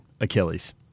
Achilles